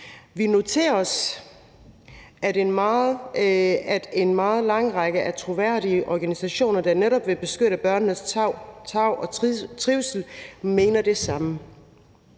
Vi noterer os, at en meget lang række af troværdige organisationer, der netop vil beskytte børnenes tarv og trivsel, mener det samme.